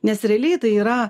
nes realiai tai yra